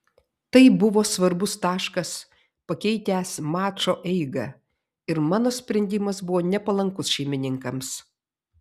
tai buvo svarbus taškas pakeitęs mačo eigą ir mano sprendimas buvo nepalankus šeimininkams